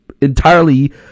entirely